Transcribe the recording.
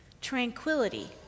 tranquility